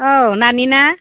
औ नानिना